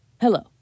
Hello